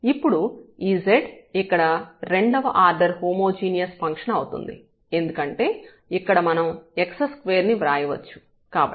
ఇప్పుడు ఈ z ఇక్కడ 2 వ ఆర్డర్ హోమోజీనియస్ ఫంక్షన్ అవుతుంది ఎందుకంటే ఇక్కడ మనం x2గా వ్రాయవచ్చు కాబట్టి